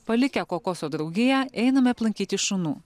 palikę kokoso draugiją einame aplankyti šunų